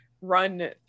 run